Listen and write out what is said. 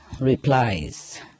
replies